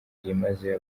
byimazeyo